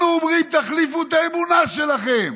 לנו אומרים: תחליפו את האמונה שלכם,